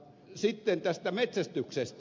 sitten tästä metsästyksestä